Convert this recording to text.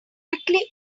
quickly